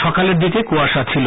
সকালের দিকে কুয়াশা ছিল